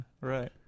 Right